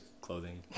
clothing